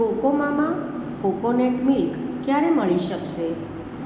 Cocomama coconut milk ક્યારે મળી શકશે